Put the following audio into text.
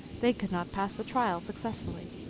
they could not pass the trial successfully.